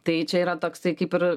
tai čia yra toksai kaip ir